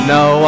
no